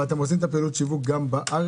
אתם עושים פעולת השיווק גם בארץ?